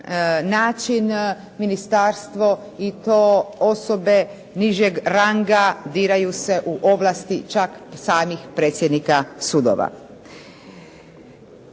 način ministarstvo i to osobe nižeg ranga biraju se u ovlasti čak samih predsjednika sudova.